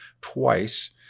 twice